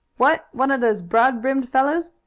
what, one of those broad-brimmed fellows?